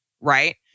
right